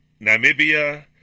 Namibia